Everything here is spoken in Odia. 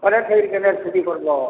ଘରେ ଥାଇକି କେନ୍ତା କିରି ଛୁଟି କର୍ବ